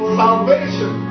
salvation